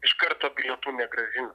iš karto bilietų negrąžina